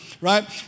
Right